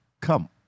come